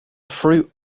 fruit